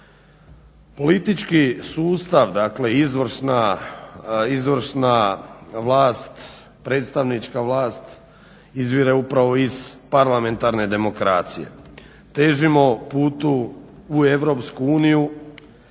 Politički sustav dakle izvršna vlast, predstavnička vlast izvire upravo iz parlamentarne demokracije. Težimo putu u Europsku uniju,